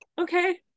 Okay